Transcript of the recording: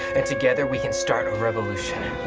and together, we can start a revolution.